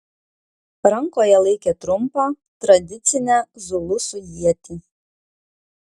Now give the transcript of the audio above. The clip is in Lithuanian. rankoje laikė trumpą tradicinę zulusų ietį